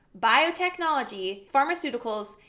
biotechnology, pharmaceuticals,